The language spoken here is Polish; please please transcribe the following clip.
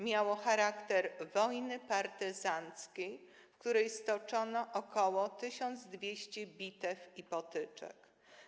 Miało charakter wojny partyzanckiej, w której stoczono ok. 1200 bitew i potyczek.